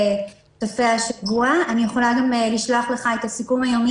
אני יכולה גם לשלוח לך את הסיכום היומי